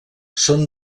són